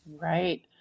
Right